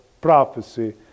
prophecy